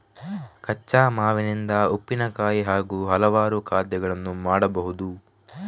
ಕಚ್ಚಾ ಮಾವಿನಿಂದ ಉಪ್ಪಿನಕಾಯಿ ಹಾಗೂ ಹಲವಾರು ಖಾದ್ಯಗಳನ್ನು ಮಾಡಬಹುದು